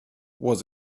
was